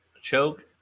Choke